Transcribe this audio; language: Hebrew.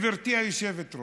גברתי היושבת-ראש,